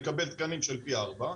מקבל תקנים של פי ארבע.